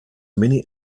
many